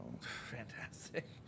Fantastic